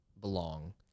belong